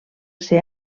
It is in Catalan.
ser